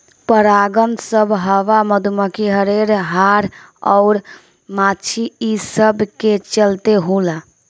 परागन सभ हवा, मधुमखी, हर्रे, हाड़ अउर माछी ई सब के चलते होला